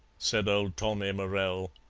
said old tommy morell.